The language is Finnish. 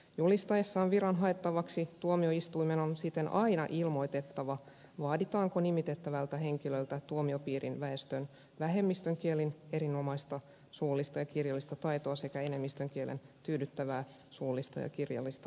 julistaessaan viran haettavaksi tuomioistuimen on siten aina ilmoitettava vaaditaanko nimitettävältä henkilöltä tuomiopiirin väestön vähemmistön kielen erinomaista suullista ja kirjallista taitoa sekä enemmistön kielen tyydyttävää suullista ja kirjallista taitoa